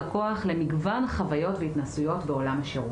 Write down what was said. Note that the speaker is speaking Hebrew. השירות לטלפון ולמחשב של כל אחד מעובדי המדינה.